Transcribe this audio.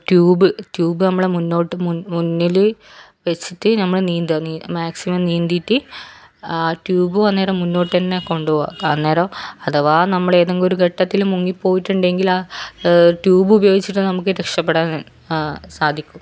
tube tube നമ്മളെ മുന്നോട്ട് മുൻ മുന്നില് വെച്ചിട്ട് നമ്മള് നീന്തുക മാക്സിമം നീന്തിയിട്ട് ട്യൂബും അന്നേരം മുന്നോട്ടുതന്നെ കൊണ്ടുപോവുക അന്നേരം അഥവാ നമ്മളേതെങ്കിലുമൊരു ഘട്ടത്തില് മുങ്ങിപ്പോയിട്ടുണ്ടെങ്കില് ആ ട്യൂബ് ഉപയോഗിച്ചിട്ട് നമുക്ക് രക്ഷപ്പെടാൻ സാധിക്കും